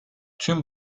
tüm